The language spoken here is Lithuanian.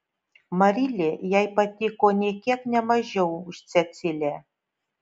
marilė jai patiko nė kiek ne mažiau už cecilę